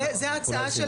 זו ההצעה.